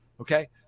okay